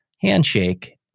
handshake